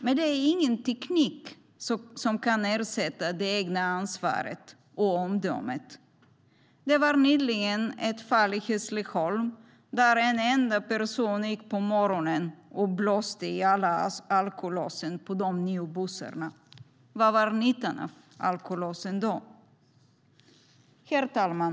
Men ingen teknik kan ersätta det egna ansvaret och omdömet. Nyligen fanns ett fall i Hässleholm där en person på morgonen gick runt och blåste i alla alkolåsen på bussarna. Vilken var nyttan av alkolåsen då? Herr talman!